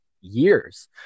years